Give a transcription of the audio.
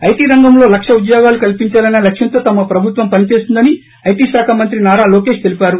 IT రంగంలో లక్ష ఉద్యోగాలు కల్పించాలనే లక్ష్యంతో తమ ప్రభుత్వ పని చేస్తుందని ఐటీ శాఖ మంత్రి నారా లోకేష్ తెలిపారు